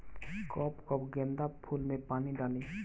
कब कब गेंदा फुल में पानी डाली?